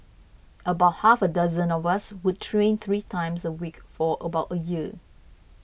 about half a dozen of us would train three times a week for about a year